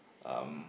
um